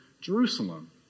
Jerusalem